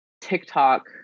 TikTok